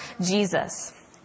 Jesus